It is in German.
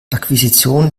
akquisition